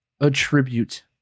attribute